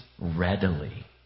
readily